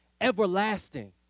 everlasting